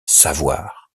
savoir